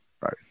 Right